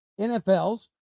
NFL's